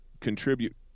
contribute